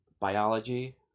biology